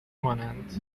مانند